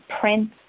print